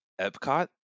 epcot